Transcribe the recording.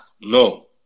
no